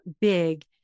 big